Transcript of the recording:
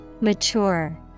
Mature